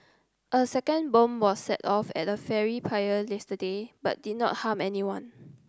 a second bomb was set off at a ferry pier yesterday but did not harm anyone